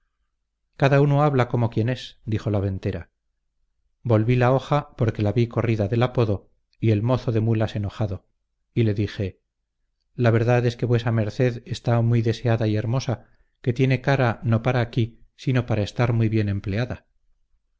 cada uno habla como quien es dijo la ventera volví la hoja porque la vi corrida del apodo y el mozo de mulas enojado y le dije la verdad es que vuesa merced está muy deseada y hermosa que tiene cara no para aquí sino para estar muy bien empleada